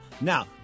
Now